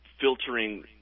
filtering